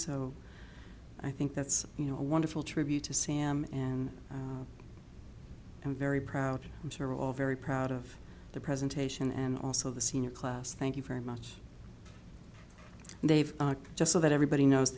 so i think that's you know a wonderful tribute to sam and i'm very proud i'm sure we're all very proud of the presentation and also the senior class thank you very much and they've just so that everybody knows